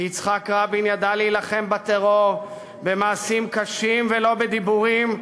כי יצחק רבין ידע להילחם בטרור במעשים קשים ולא בדיבורים.